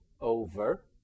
over